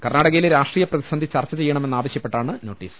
കർണാടകയിലെ രാഷ്ട്രീയ പ്രതിസന്ധി ചർച്ച ചെയ്യണമെന്നാവശ്യപ്പെട്ടാണ് നോട്ടീസ്